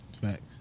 Facts